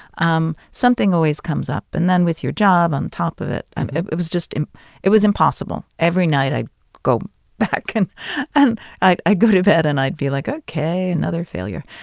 um something always comes up. and then with your job on top of it, it it was just it was impossible. every night i'd go back and and i'd i'd go to bed and i'd be like, ok, another failure.